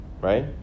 right